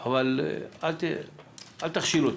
אבל אל תכשיל אותי.